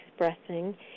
expressing